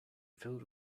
filled